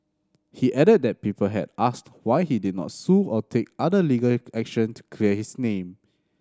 he added that people had asked why he did not sue or take other legal action to clear his name